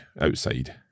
outside